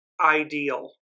ideal